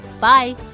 bye